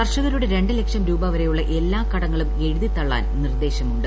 കർഷകരുടെ രണ്ട് ലക്ഷം രൂപവരെയുള്ള എല്ലാ കടങ്ങളും എഴുതിത്തള്ളാൻ നിർദ്ദേശം ഉണ്ട്